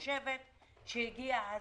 למיטב בדיקתנו אין כאלה.